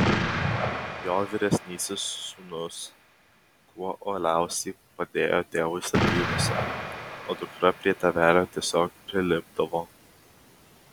jo vyresnis sūnus kuo uoliausiai padėjo tėvui statybose o dukra prie tėvelio tiesiog prilipdavo